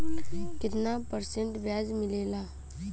कितना परसेंट ब्याज मिलेला?